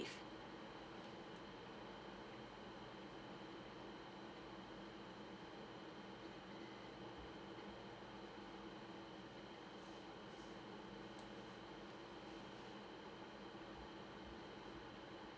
leave